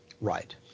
Right